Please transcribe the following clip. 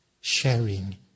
sharing